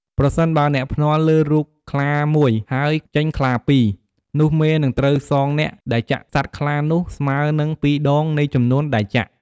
ប្រសិនបើអ្នកភ្នាល់លើរូបខ្លាមួយ ហើយចេញខ្លាពីរ នោះមេនឹងត្រូវសងអ្នកដែលចាក់សត្វខ្លានោះស្មើនឹង ២ដង នៃចំនួនដែលចាក់។